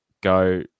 go